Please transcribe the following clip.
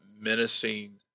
menacing